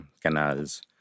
canals